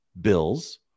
Bills